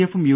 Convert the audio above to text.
എഫും യു